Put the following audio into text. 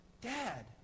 Dad